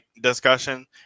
discussion